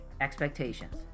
expectations